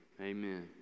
amen